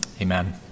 Amen